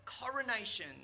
coronation